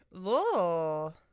Whoa